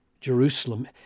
Jerusalem